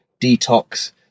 detox